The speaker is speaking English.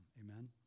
Amen